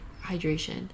hydration